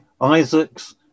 Isaacs